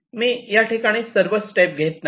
मी या ठिकाणी सर्वच स्टेप येत नाही